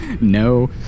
No